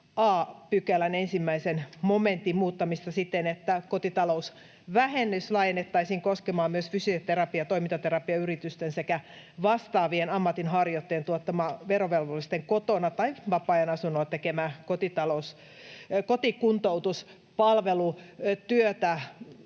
a §:n 1 momentin muuttamista siten, että kotitalousvähennys laajennettaisiin koskemaan myös fysioterapia- ja toimintaterapia-yritysten sekä vastaavien ammatinharjoittajien tuottamaa verovelvollisten kotona tai vapaa-ajan asunnolla tekemää kotikuntoutuspalvelutyötä.